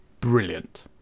brilliant